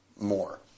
more